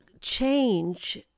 change